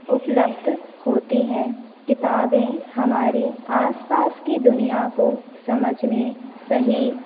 उपलब्ध होती हैं किताबें हमारे आस पास की दुनिया को समझने सही